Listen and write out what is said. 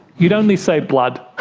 you'd only say blood.